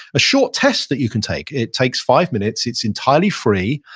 a short test that you can take. it takes five minutes. it's entirely free.